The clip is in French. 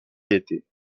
variétés